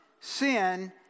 sin